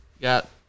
got